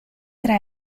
tre